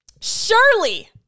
Surely